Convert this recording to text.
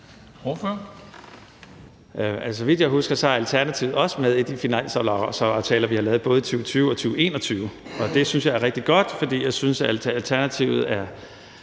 Så vidt jeg husker, var Alternativet også med i de finanslovsaftaler, vi lavede både i 2020 og 2021. Det synes jeg er rigtig godt, for jeg synes, at Alternativet er